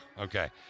Okay